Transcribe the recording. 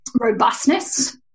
robustness